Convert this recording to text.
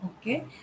Okay